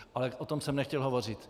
Ale o tom jsem nechtěl hovořit.